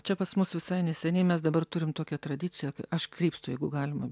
čia pas mus visai neseniai mes dabar turim tokią tradiciją kai aš krypstu jeigu galima